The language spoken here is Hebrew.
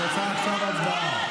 את רוצה עכשיו או הצבעה?